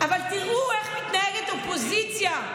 אבל תראו איך מתנהגת אופוזיציה,